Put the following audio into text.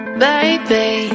baby